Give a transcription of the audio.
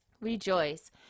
Rejoice